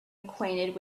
acquainted